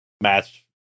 match